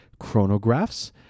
chronographs